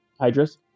hydras